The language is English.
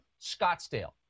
Scottsdale